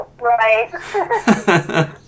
Right